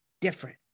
different